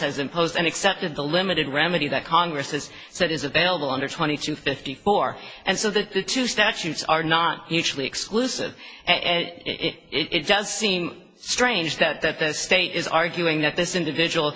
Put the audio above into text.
has imposed and accepted the limited remedy that congress has said is available under twenty two fifty four and so the two statutes are not mutually exclusive and it does seem strange that that the state is arguing that this individual